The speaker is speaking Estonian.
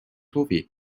huvi